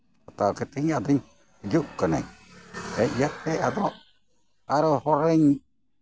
ᱦᱟᱛᱟᱣ ᱠᱟᱛᱮᱜ ᱟᱫᱚᱧ ᱦᱤᱡᱩᱜ ᱠᱟᱱᱟᱧ ᱦᱮᱡ ᱠᱟᱛᱮᱜ ᱟᱫᱚ ᱟᱨᱚ ᱦᱚᱲ ᱨᱤᱧ